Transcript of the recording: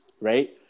right